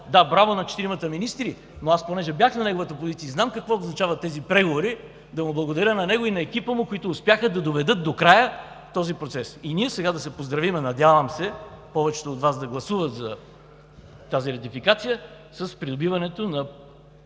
Да, браво на четиримата министри, но понеже бях на неговата позиция и знам какво означават тези преговори, да благодаря на него и на екипа му, които успяха да доведат докрай този процес, и сега да се поздравим. Надявам се, че повечето от Вас ще гласуват за тази ратификация и за придобиването на